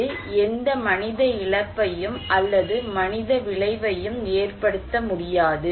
இது எந்த மனித இழப்பையும் அல்லது மனித விளைவையும் ஏற்படுத்த முடியாது